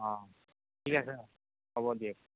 অঁ ঠিক আছে হ'ব দিয়ক